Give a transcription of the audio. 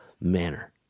manner